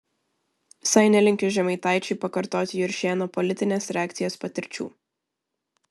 visai nelinkiu žemaitaičiui pakartoti juršėno politinės reakcijos patirčių